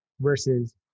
versus